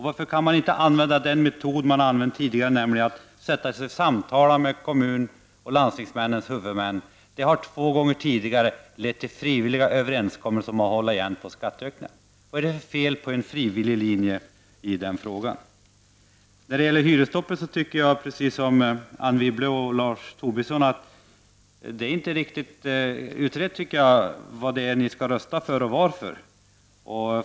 Varför kan man inte använda den metod som man har använt tidigare, nämligen att man sätter sig ned och samtalar med huvudmännen för kommuner och landsting? Denna metod har två gånger tidigare lett till frivilliga överenskommelser om att hålla igen på skatteökningarna. Vad är det för fel på en frivillig linje i den frågan? När det gäller hyresstoppet tycker jag, precis som Anne Wibble och och Lars Tobisson, att det inte är riktigt utrett vad ni egentligen skall rösta för och varför.